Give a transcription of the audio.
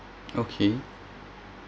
okay